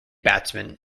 batsman